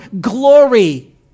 glory